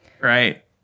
Right